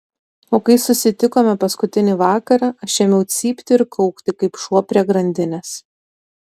o kai susitikome paskutinį vakarą aš ėmiau cypti ir kaukti kaip šuo prie grandinės